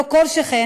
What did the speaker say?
לא כל שכן,